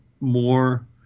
more